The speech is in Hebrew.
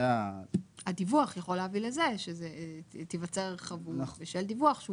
הדיווח יכול להביא לזה שתיווצר חבות בשל דיווח.